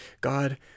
God